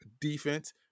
defense